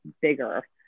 bigger